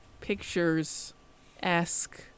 Pictures-esque